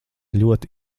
ļoti